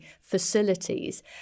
facilities